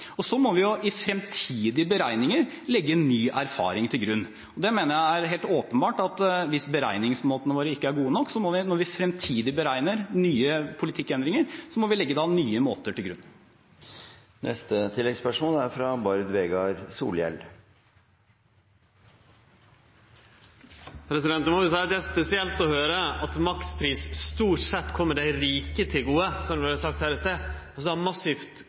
og så må vi i fremtidige beregninger legge ny erfaring til grunn. Jeg mener det er helt åpenbart at hvis beregningsmåtene våre ikke er gode nok, må vi – ved fremtidige beregninger, nye politikkendringer – legge nye måter til grunn. Bård Vegar Solhjell – til oppfølgingsspørsmål. Eg må seie at det er spesielt å høyre at makspris stort sett kjem dei rike til gode, som det vart sagt her i stad. Ein har massivt